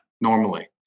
normally